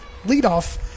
leadoff